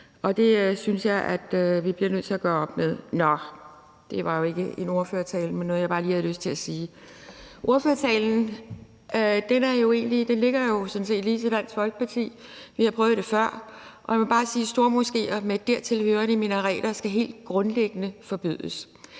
og det synes jeg vi bliver nødt til at gøre op med. Nå, det var jo ikke en ordførertale, men noget, jeg bare lige havde lyst til at sige. Ordførertalen ligger jo sådan set lige til Dansk Folkeparti. Vi har prøvet det før, og jeg må bare sige, at stormoskéer med dertilhørende minareter helt grundlæggende skal forbydes.